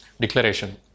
declaration